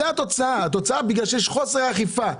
זאת התוצאה של חוסר האכיפה.